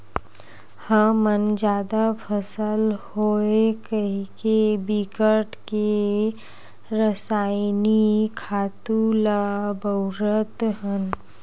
हमन जादा फसल होवय कहिके बिकट के रसइनिक खातू ल बउरत हन